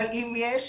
אבל אם יש